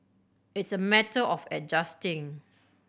it's a matter of adjusting